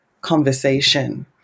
conversation